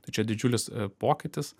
tai čia didžiulis pokytis